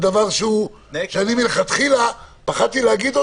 שאני מלכתחילה פחדתי להגיד,